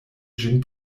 ĝin